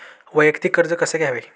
वैयक्तिक कर्ज कसे घ्यावे?